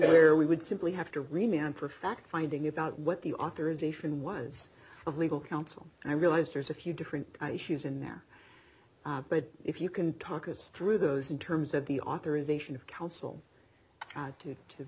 where we would simply have to remain on for fact finding about what the authorization was of legal counsel and i realize there's a few different issues in there but if you can talk us through those in terms that the authorization of counsel to to